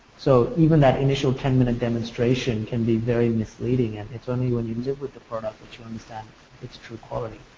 so even that initial ten minute demonstration can be very misleading and it's only when you live with the product which you understand it's true quality.